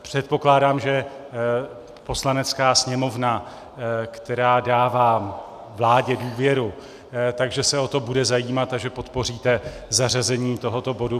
Předpokládám, že Poslanecká sněmovna, která dává vládě důvěru, se o to bude zajímat a že podpoříte zařazení tohoto bodu.